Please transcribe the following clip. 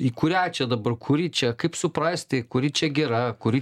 į kurią čia dabar kuri čia kaip suprasti kuri čia gera kuri